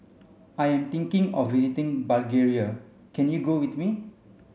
I am thinking of visiting Bulgaria can you go with me